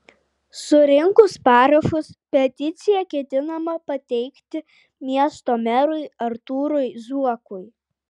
surinkus parašus peticiją ketinama pateikti miesto merui artūrui zuokui